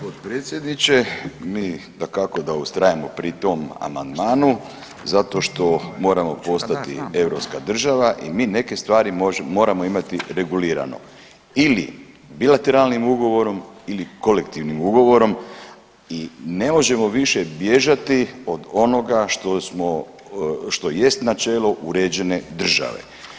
Uvaženi potpredsjedniče, mi dakako da ustrajemo pri tom amandmanu zato što moramo postati europska država i mi neke stvari moramo imati regulirano ili bilateralnim ugovorom ili kolektivnim ugovorom i ne možemo više bježati od onoga što jest načelo uređene države.